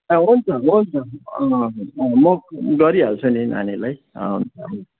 हुन्छ हुन्छ म गरिहाल्छु नि नानीलाई